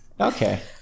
Okay